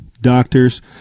doctors